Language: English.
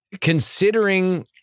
Considering